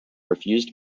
refused